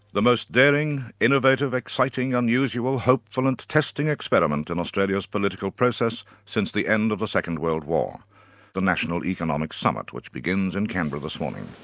the most daring, innovative, exciting, unusual, hopeful and testing experiment in australia's political process since the end of the second world war the national economic summit, which begins in canberra this morning.